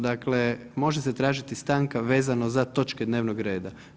Dakle, može se tražiti stanka vezano za točke dnevnog reda.